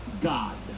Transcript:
God